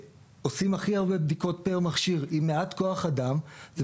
שעושים הכי הרבה בדיקות פר מכשיר עם מעט כוח אדם זה